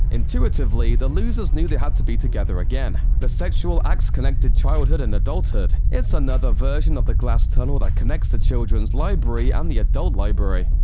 intuitively, the losers knew they had to be together again. the sexual act connected childhood and adulthood. it's another version of the glass tunnel that connects the children's library and um the adult library.